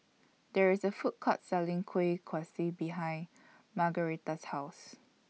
There IS A Food Court Selling Kueh Kaswi behind Margaretta's House